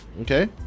okay